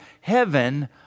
heaven